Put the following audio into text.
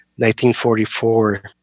1944